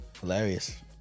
Hilarious